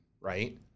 right